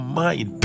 mind